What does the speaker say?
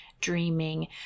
dreaming